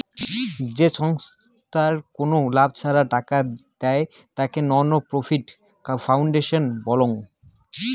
যে ছংস্থার কোনো লাভ ছাড়া টাকা ধার দেয়, তাকে নন প্রফিট ফাউন্ডেশন বলাঙ্গ